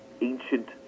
ancient